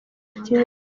kera